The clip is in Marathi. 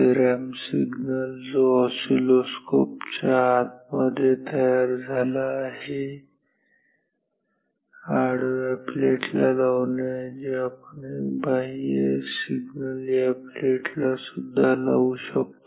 रॅम्प सिग्नल जो ऑसिलोस्कोप च्या आत मध्ये तयार झाला आहे आडव्या प्लेट ला लावण्याऐवजी आपण एक बाह्य सिग्नल या प्लेटला सुद्धा लावू शकतो